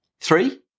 Three